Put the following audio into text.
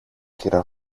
κυρα